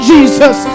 Jesus